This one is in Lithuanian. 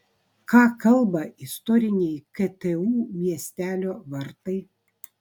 ką kalba istoriniai ktu miestelio vartai